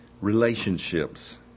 relationships